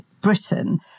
Britain